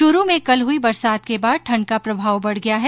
चुरू में कल हुई बरसात के बाद ठंड का प्रभाव बढ गया है